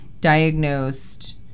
diagnosed